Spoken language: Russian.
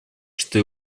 что